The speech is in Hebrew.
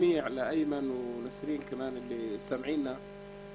זה המנוע הכלכלי של